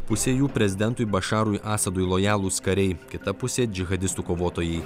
pusė jų prezidentui bašarui asadui lojalūs kariai kita pusė džihadistų kovotojai